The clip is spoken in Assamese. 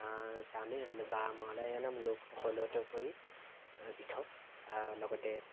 তামিল বা মালায়ালম লোকসকলতকৈ পৃথক লগতে